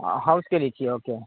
house کے لیے چاہیے اوکے